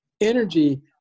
Energy